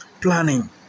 Planning